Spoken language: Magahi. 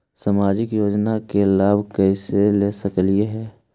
सामाजिक योजना के लाभ कैसे ले सकली हे?